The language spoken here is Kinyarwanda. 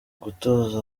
gutoza